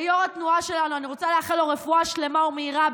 ליו"ר התנועה שלנו אני רוצה לאחל לו רפואה שלמה ומהירה,